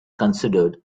considered